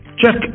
check